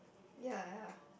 ya ya